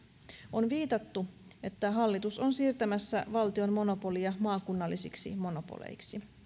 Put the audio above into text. on viitattu että hallitus on siirtämässä valtion monopolia maakunnallisiksi monopoleiksi